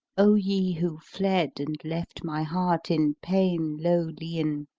o ye who fled and left my heart in pain low li'en,